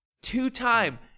two-time